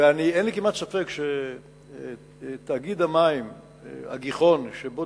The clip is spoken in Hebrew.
אין לי כמעט ספק שתאגיד המים "הגיחון" שבו